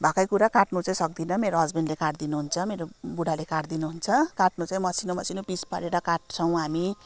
भएकै कुरा काट्नु चाहिँ सक्दिनँ मेरो हस्बेन्डले काटिदिनु हुन्छ मेरो बुडाले काटिदिनु हुन्छ काट्नु चाहिँ मसिनो मसिनो पिस पारेर काट्छौँ हामी